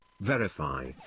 verify